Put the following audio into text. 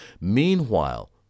Meanwhile